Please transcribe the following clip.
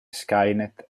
skynet